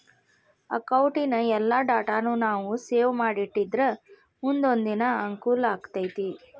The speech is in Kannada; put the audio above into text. ಅಕೌಟಿನ್ ಎಲ್ಲಾ ಡಾಟಾನೂ ನಾವು ಸೇವ್ ಮಾಡಿಟ್ಟಿದ್ರ ಮುನ್ದೊಂದಿನಾ ಅಂಕೂಲಾಕ್ಕೆತಿ